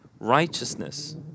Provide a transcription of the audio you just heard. righteousness